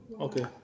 Okay